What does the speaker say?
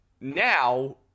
now